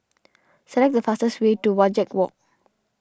select the fastest way to Wajek Walk